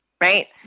Right